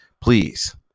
Please